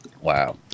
Wow